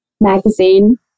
magazine